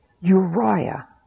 Uriah